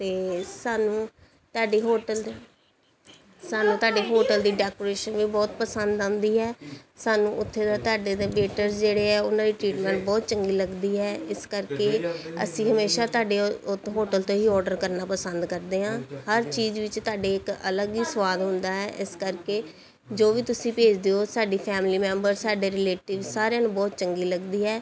ਅਤੇ ਸਾਨੂੰ ਤੁਹਾਡੇ ਹੋਟਲ ਦੇ ਸਾਨੂੰ ਤੁਹਾਡੇ ਹੋਟਲ ਦੀ ਡੈਕੋਰੇਸ਼ਨ ਵੀ ਬਹੁਤ ਪਸੰਦ ਆਉਂਦੀ ਹੈ ਸਾਨੂੰ ਉੱਥੇ ਦੇ ਤੁਹਾਡੇ ਦੇ ਵੇਟਰਸ ਜਿਹੜੇ ਹੈ ਉਹਨਾਂ ਦੀ ਟ੍ਰੀਟਮੈਂਟ ਬਹੁਤ ਚੰਗੀ ਲੱਗਦੀ ਹੈ ਇਸ ਕਰਕੇ ਅਸੀਂ ਹਮੇਸ਼ਾ ਤੁਹਾਡੇ ਉ ਉੱਥੋਂ ਹੋਟਲ ਤੋਂ ਹੀ ਅੋਰਡਰ ਕਰਨਾ ਪਸੰਦ ਕਰਦੇ ਹਾਂ ਹਰ ਚੀਜ਼ ਵਿੱਚ ਤੁਹਾਡੇ ਇੱਕ ਅਲੱਗ ਹੀ ਸਵਾਦ ਹੁੰਦਾ ਹੈ ਇਸ ਕਰਕੇ ਜੋ ਵੀ ਤੁਸੀਂ ਭੇਜਦੇ ਹੋ ਸਾਡੀ ਫੈਮਲੀ ਮੈਂਬਰ ਸਾਡੇ ਰਿਲੇਟਿਵ ਸਾਰਿਆਂ ਨੂੰ ਬਹੁਤ ਚੰਗੀ ਲੱਗਦੀ ਹੈ